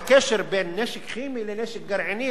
הקשר בין נשק כימי לנשק גרעיני,